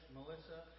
Melissa